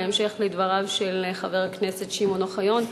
בהמשך לדבריו של חבר הכנסת שמעון אוחיון,